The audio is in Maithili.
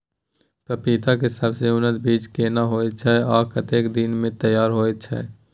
पपीता के सबसे उन्नत बीज केना होयत छै, आ कतेक दिन में तैयार होयत छै?